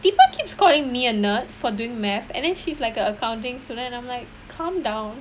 people keeps calling me a nerd for doing math and then she's like a accounting student and I'm like calm down